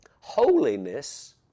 Holiness